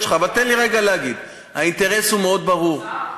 בצלאל סמוטריץ והשדולה כולה נפעל בכל כוחנו לקדם את הצעת החוק הזאת,